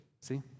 See